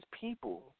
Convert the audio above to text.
people